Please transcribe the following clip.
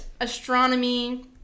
astronomy